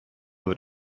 wird